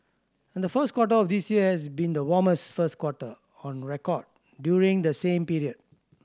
and the first quarter of this year has been the warmest first quarter on record during the same period